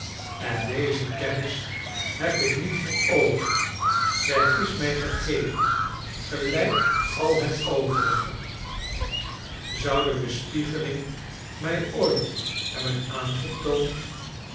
en deze kennis heb ik niet veroverd zij is mij gegeven gelijk al het overige zou de bespiegeling mij ooit hebben aangetoond